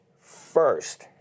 first